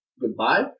goodbye